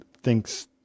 thinks